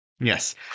Yes